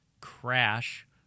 Crash